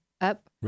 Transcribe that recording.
up